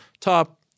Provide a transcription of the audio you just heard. top